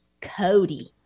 Cody